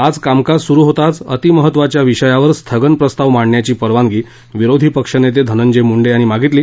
आज कामकाज सुरू होताच अति महत्त्वाच्या विषयावर स्थगन प्रस्ताव मांडण्याची परवानगी विरोधी पक्षनेते धनंजय मुंडे यांनी मागितली